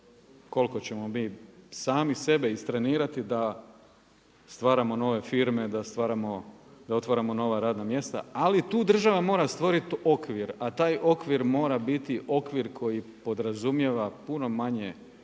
koliko ćemo mi sami sebe istrenirati da stvaramo nove firme, da otvaramo nova radna mjesta. Ali država mora stvoriti okvir, a taj okvir mora biti okvir koji podrazumijeva puno manje